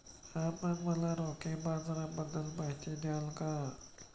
आपण मला रोखे बाजाराबद्दल माहिती द्याल का?